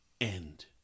End